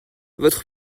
votre